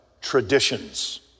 traditions